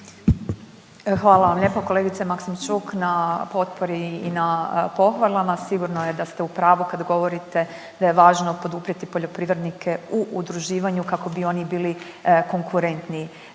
Hvala vam lijepo kolegice Maksimčuk na potpori i na pohvalama. Sigurno je da ste u pravu kad govorite da je važno poduprijeti poljoprivrednike u udruživanju kako bi oni bili konkurentni.